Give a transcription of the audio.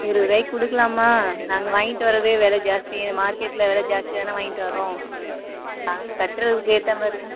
இருபது ரூபாய்க்கு கொடுக்கலாம்மா நாங்கள் வாங்கிட்டு வரதே விலை ஜாஸ்தியாக மார்க்கெட்டில் விலை ஜாஸ்தியாக தானே வாங்கிட்டு வரோம் நாங்கள் கட்டுறதுக்கு ஏற்ற மாதிரி தான்